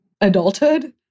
adulthood